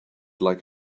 like